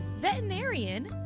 veterinarian